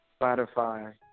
Spotify